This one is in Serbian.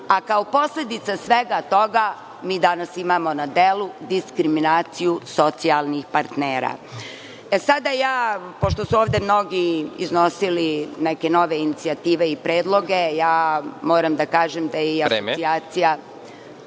a kao posledicu svega toga mi danas na delu imamo diskriminaciju socijalnih partnera. Sada, pošto su ovde mnogi iznosili neke nove inicijative i predloge, moram da kažem da je i Asocijacija…(Predsednik: